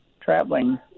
traveling